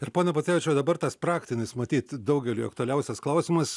ir pone pocevičiau dabar tas praktinis matyt daugeliui aktualiausias klausimas